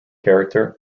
character